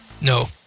no